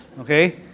Okay